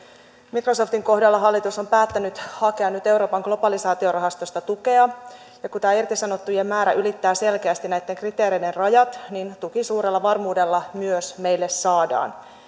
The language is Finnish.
microsoftin kohdalla hallitus on päättänyt hakea nyt euroopan globalisaatiorahastosta tukea ja kun tämä irtisanottujen määrä ylittää selkeästi näitten kriteereiden rajat niin tuki suurella varmuudella meille myös saadaan